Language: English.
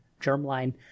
germline